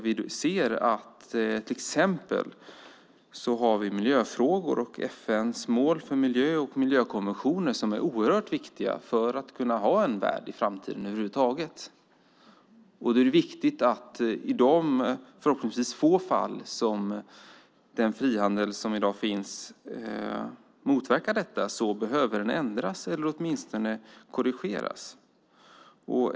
Vi har till exempel miljöfrågor, FN:s mål för miljö och miljökonventioner som är oerhört viktiga för att vi ska kunna ha en värld i framtiden över huvud taget. I de, förhoppningsvis få, fall där den frihandel som i dag finns motverkar detta behöver den ändras eller korrigeras.